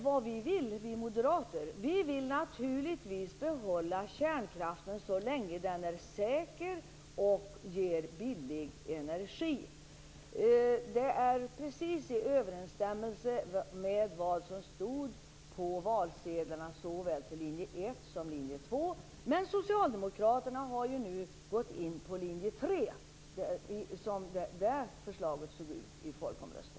Vad vi moderater vill är naturligtvis att behålla kärnkraften så länge den är säker och ger billig energi. Det är precis i överensstämmelse med vad som stod på valsedlarna till såväl linje 1 som linje 2. Men Socialdemokraterna har nu gått in för det som linje 3